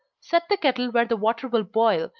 set the kettle where the water will boil,